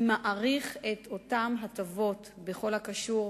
ומאריך את אותן הטבות בכל הקשור